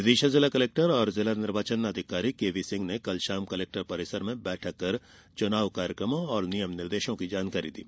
विदिषा जिला कलेक्टर एवं जिला निर्वाचन अधिकारी केवी सिंह ने कल शाम कलेक्टर परिसर में बैठक कर चुनाव कार्यक्रमों और नियम निर्देशों की जानकारी दी